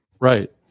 right